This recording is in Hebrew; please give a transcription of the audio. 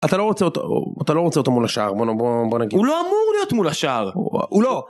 אתה לא רוצה אותו אתה לא רוצה אותו מול השער בוא נגיד הוא לא אמור להיות מול השער הוא לא